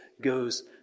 goes